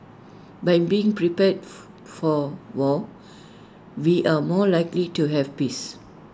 by being prepared for war we are more likely to have peace